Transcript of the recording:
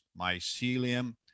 mycelium